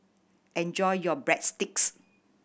enjoy your Breadsticks